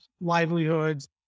livelihoods